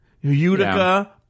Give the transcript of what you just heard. Utica